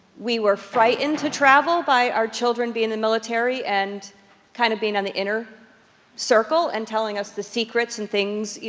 we were frightened to travel by our children being in the military, and kind of being on the inner circle, and telling us the secrets and things. you